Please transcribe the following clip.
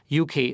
UK